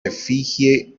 efigie